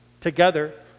together